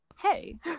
Hey